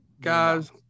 Guys